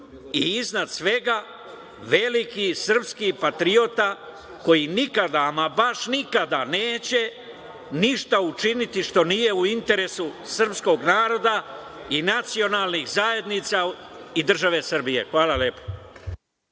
i iznad svega veliki srpski patriota koji nikada, ama baš nikada neće ništa učiniti što nije u interesu srpskog naroda i nacionalnih zajednica i države Srbije. Hvala.